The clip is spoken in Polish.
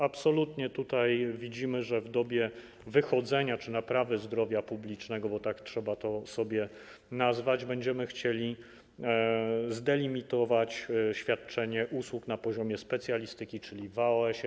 Absolutnie widzimy, że w dobie wychodzenia z tego czy naprawy zdrowia publicznego, bo tak trzeba to nazwać, będziemy chcieli zdelimitować świadczenie usług na poziomie specjalistyki, czyli w AOS-ie.